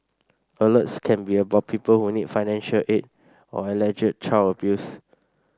alerts can be about people who need financial aid or alleged child abuse